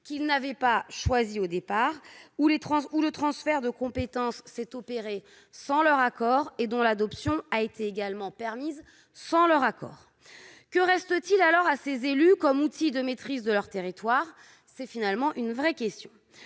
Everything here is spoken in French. qu'ils n'avaient pas choisies, où le transfert de compétence s'est opéré sans leur accord et dont l'adoption a été également permise sans leur accord. Que reste-t-il alors à ces élus comme outil de maîtrise de leur territoire ? C'est une véritable question